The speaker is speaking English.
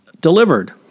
delivered